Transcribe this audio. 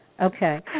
okay